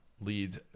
lead